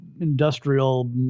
industrial